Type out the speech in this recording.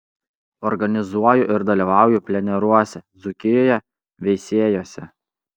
organizuoju ir dalyvauju pleneruose dzūkijoje veisiejuose